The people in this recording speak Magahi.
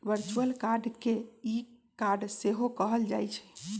वर्चुअल कार्ड के ई कार्ड सेहो कहल जाइ छइ